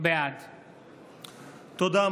בעד תודה.